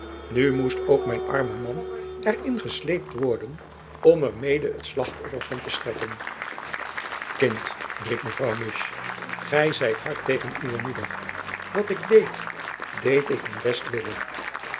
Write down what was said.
nu moest ook mijn arme man er in gesleept worden om er mede het slachtoffer van te strekken kind riep mevrouw musch gy zijt hard tegen uwe moeder wat ik deed deed ik om